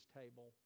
table